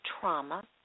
trauma